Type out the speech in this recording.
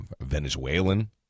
Venezuelan